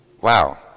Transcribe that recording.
wow